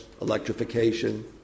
electrification